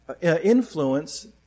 influence